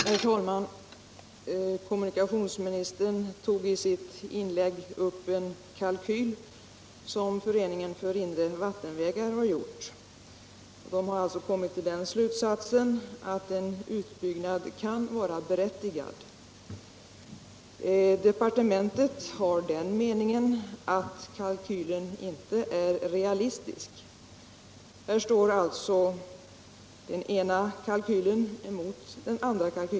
Herr talman! Kommunikationsministern tog i ett inlägg upp en kalkyl som Föreningen för inre vattenvägar har gjort. Föreningen har kommit till slutsatsen att en utbyggnad av Göta kanal kan vara berättigad. Departementet har den meningen att kalkylen inte är realistisk. Här står alltså den ena kalkylen emot den andra.